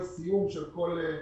אס.אם.אס.